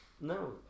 No